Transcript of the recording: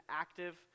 active